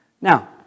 Now